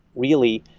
really,